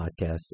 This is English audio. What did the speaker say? podcast